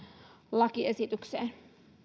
lakiesitykseen